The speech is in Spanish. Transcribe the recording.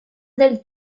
del